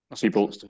people